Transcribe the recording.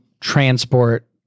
transport